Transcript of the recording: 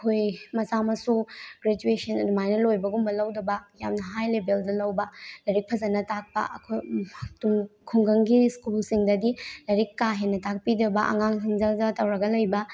ꯑꯩꯈꯣꯏ ꯃꯆꯥ ꯃꯁꯨ ꯒ꯭ꯔꯦꯖꯨꯑꯦꯁꯟ ꯑꯗꯨꯃꯥꯏꯅ ꯂꯣꯏꯕꯒꯨꯝꯕ ꯂꯧꯗꯕ ꯌꯥꯝꯅ ꯍꯥꯏ ꯂꯦꯚꯦꯜꯗ ꯂꯧꯕ ꯂꯥꯏꯔꯤꯛ ꯐꯖꯅ ꯇꯥꯛꯄ ꯈꯨꯡꯒꯪꯒꯤ ꯁ꯭ꯀꯨꯜꯁꯤꯡꯗꯗꯤ ꯂꯥꯏꯔꯤꯛ ꯀꯥꯍꯦꯟꯅ ꯇꯥꯛꯄꯤꯗꯕ ꯑꯉꯥꯡꯁꯤꯡ ꯖꯒ ꯖꯒ ꯇꯧꯔꯒ ꯂꯩꯕ